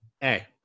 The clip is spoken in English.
Hey